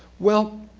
well,